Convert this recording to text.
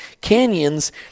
canyons